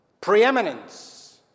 preeminence